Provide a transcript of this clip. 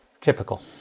Typical